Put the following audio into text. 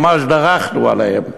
"ממש דרכנו עליהם",